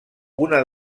una